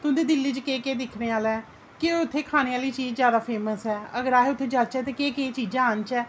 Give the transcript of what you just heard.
तुं'दी दिल्ली च केह् केह् दिक्खने आह्ला ऐ केह् उत्थै खाने आह्ली चीज जादा फेमस ै ऐ अगर अस उत्थै जाह्चै ते केह् केह् चीजां आह्नचै